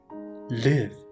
Live